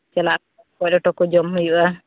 ᱪᱟᱞᱟᱜ ᱦᱩᱭᱩᱜᱼᱟ ᱞᱮᱴᱚ ᱠᱚ ᱡᱚᱢ ᱦᱩᱭᱩᱜᱼᱟ